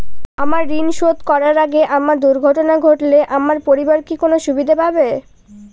আমার ঋণ শোধ করার আগে আমার দুর্ঘটনা ঘটলে আমার পরিবার কি কোনো সুবিধে পাবে?